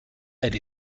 elle